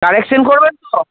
correction করবেন তো